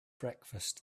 breakfast